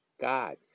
God